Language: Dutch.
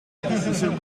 bezoek